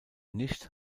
nicht